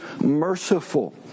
merciful